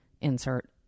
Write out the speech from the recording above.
insert